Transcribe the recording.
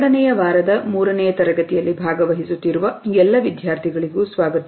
ಎರಡನೆಯ ವಾರದ ಮೂರನೇ ತರಗತಿಯಲ್ಲಿ ಭಾಗವಹಿಸುತ್ತಿರುವ ಎಲ್ಲ ವಿದ್ಯಾರ್ಥಿಗಳಿಗೂ ಸ್ವಾಗತ